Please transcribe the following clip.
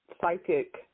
psychic